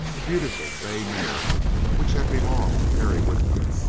a beautiful bay mare which had belonged to harry whitcomb,